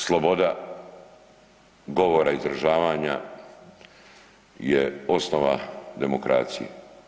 Sloboda govora izražavanja je osnova demokracije.